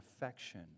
affection